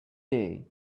day